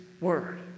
word